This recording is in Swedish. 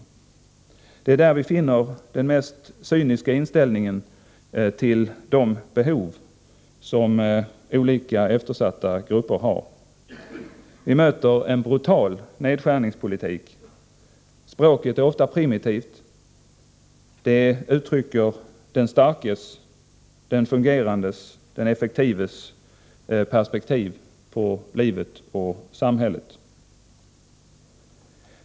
Det är hos moderaterna vi finner den mest cyniska inställningen till de behov som olika eftersatta grupper har. Vi möter en brutal nedskärningspolitik. Språket är ofta primitivt. Det uttrycker den starkes, den fungerandes och den effektives perspektiv på livet och samhället.